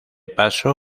paso